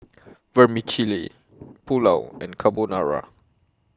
Vermicelli Pulao and Carbonara